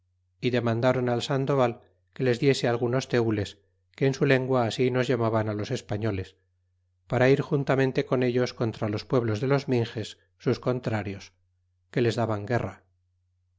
y demandaron al sandoval que les diese algunos tenles ere en su lengua así nos llamaban ti los españoles para ir juntamente con ellos contra los pueblos de los minxes sus contrarios que les daban guerra